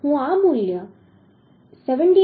જેથી હું આ મૂલ્ય 78